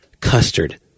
custard